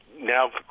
now